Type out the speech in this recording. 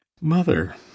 Mother